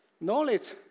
Knowledge